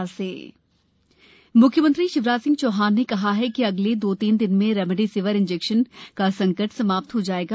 म्ख्यमंत्री रेमडेसिविर म्ख्यमंत्री शिवराज सिंह चौहान ने कहा है कि अगले दो तीन दिन में रेमडेसिविर इंजेक्शन का संकट समाप्त हो जाएगा